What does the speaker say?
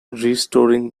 restoring